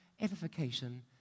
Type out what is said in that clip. edification